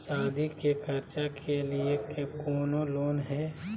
सादी के खर्चा के लिए कौनो लोन है?